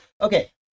Okay